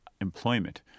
employment